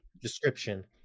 description